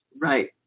Right